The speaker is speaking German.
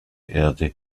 erde